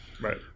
Right